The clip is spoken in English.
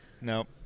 Nope